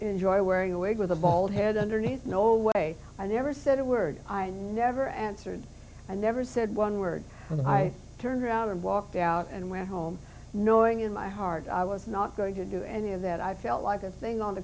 wig with a bald head underneath no way i never said a word i never answered and never said one word and i turned around and walked out and went home knowing in my heart i was not going to do any of that i felt like a thing on